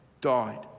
died